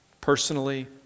personally